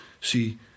See